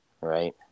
right